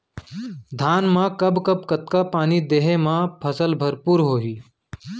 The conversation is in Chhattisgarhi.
धान मा कब कब कतका पानी देहे मा फसल भरपूर होही?